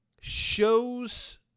shows